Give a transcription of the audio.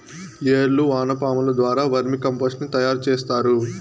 ఏర్లు వానపాముల ద్వారా వర్మి కంపోస్టుని తయారు చేస్తారు